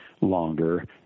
longer